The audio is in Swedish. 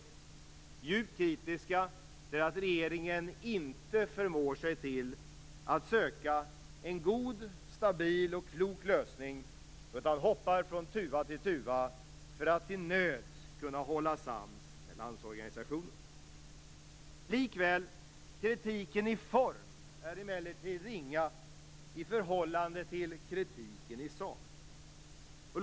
Vi är djupt kritiska till att regeringen inte förmår söka en god, stabil och klok lösning. I stället hoppar man från tuva till tuva för att till nöds kunna hålla sams med Landsorganisationen. Kritiken i form är emellertid ringa i förhållande till kritiken i sak.